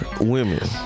women